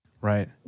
Right